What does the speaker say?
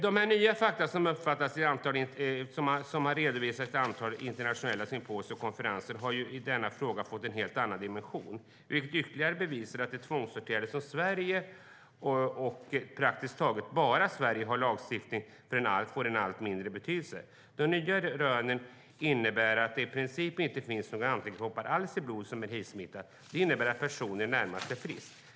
De nya fakta som har redovisats vid internationella symposier och konferenser har i denna fråga fått en helt annan dimension, vilket ytterligare bevisar att de tvångsåtgärder som praktiskt bara Sverige har en lagstiftning om får en allt mindre betydelse. De nya rönen visar att det i princip inte finns några antikroppar alls i blod som är hivsmittat. Det innebär att personer i det närmaste är friska.